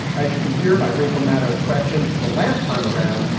as you can hear by rachel maddow's question the last time around,